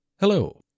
Hello